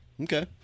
okay